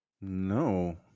No